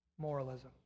moralism